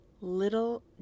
little